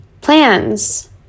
Plans